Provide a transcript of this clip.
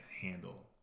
handle